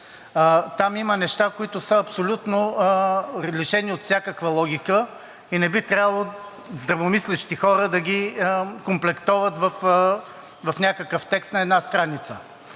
там има неща, които са лишени абсолютно от всякаква логика и не би трябвало здравомислещи хора да ги комплектуват в някакъв текст на една страница.